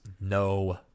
no